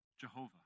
Jehovah